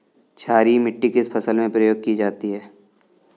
क्षारीय मिट्टी किस फसल में प्रयोग की जाती है?